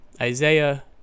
Isaiah